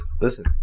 Listen